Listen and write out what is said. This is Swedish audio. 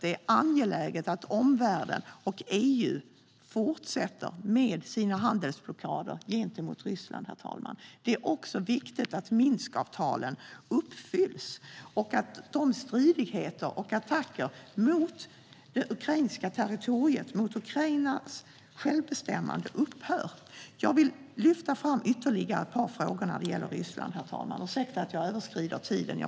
Det är angeläget att omvärlden och EU fortsätter med sina handelsblockader gentemot Ryssland, herr talman. Det är också viktigt att Minskavtalen uppfylls och att stridigheter och attacker mot det ukrainska territoriet, mot Ukrainas självbestämmande, upphör. Jag vill lyfta upp ytterligare ett par frågor när det gäller Ryssland, herr talman.